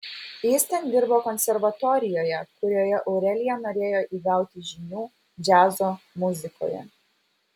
jis ten dirbo konservatorijoje kurioje aurelija norėjo įgauti žinių džiazo muzikoje